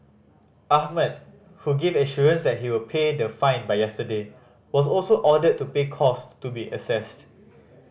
Ahmed who gave assurance he would pay the fine by yesterday was also ordered to pay costs to be assessed